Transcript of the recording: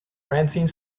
francine